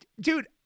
Dude